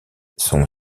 son